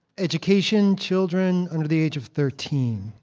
education, children under the age of thirteen,